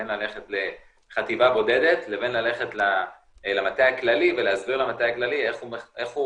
בין ללכת לחטיבה בודדת לבין ללכת למטה הכללי ולהסביר למטה הכללי איך הוא